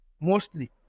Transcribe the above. mostly